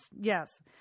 yes